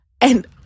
And-